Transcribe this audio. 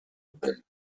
nouvelle